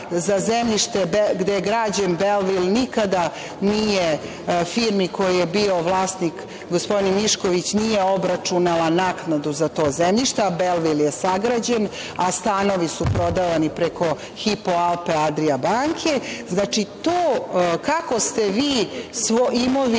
za zemljište gde je građen Belvil nikada nije firmi vlasnika gospodina Miškovića nije obračunala naknadu za to zemljište, a Belvil je sagrađen, a stanovi su prodavani preko „Hipo Alpe Adria“ banke? Znači, to kako ste vi državnu imovinu